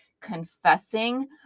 confessing